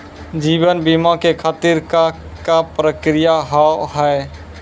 जीवन बीमा के खातिर का का प्रक्रिया हाव हाय?